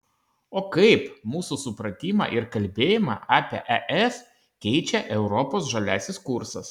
o kaip mūsų supratimą ir kalbėjimą apie es keičia europos žaliasis kursas